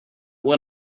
when